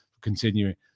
continuing